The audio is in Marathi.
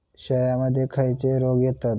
शेळ्यामध्ये खैचे रोग येतत?